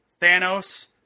Thanos